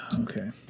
Okay